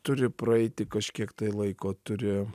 turi praeiti kažkiek laiko turi